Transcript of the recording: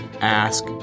ask